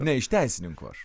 ne iš teisininkų aš